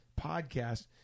podcast